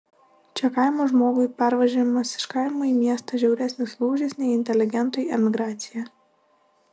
čia kaimo žmogui pervažiavimas iš kaimo į miestą žiauresnis lūžis nei inteligentui emigracija